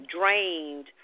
drained